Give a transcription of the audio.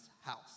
house